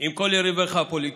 עם כל יריביך הפוליטיים.